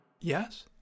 Yes